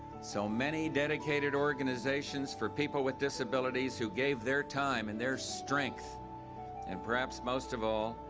so many dedicated organizations for people with disabilities who gave their time and their strength and perhaps most of all,